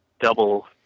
double